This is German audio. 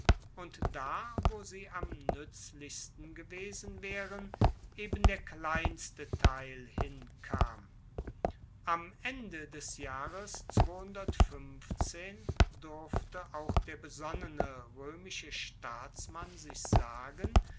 und da wo sie am nuetzlichsten gewesen waeren eben der kleinste teil hinkam am ende des jahres durfte auch der besonnene roemische staatsmann sich sagen